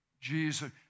Jesus